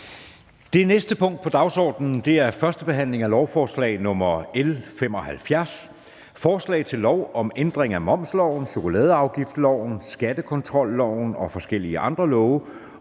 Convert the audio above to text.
Det næste punkt på dagsordenen er: 12) 1. behandling af lovforslag nr. L 75: Forslag til lov om ændring af momsloven, chokoladeafgiftsloven, skattekontrolloven og forskellige andre love